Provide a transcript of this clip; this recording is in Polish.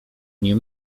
nie